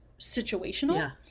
situational